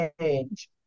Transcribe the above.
change